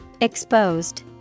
Exposed